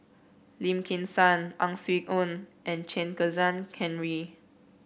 Lim Kim San Ang Swee Aun and Chen Kezhan Henri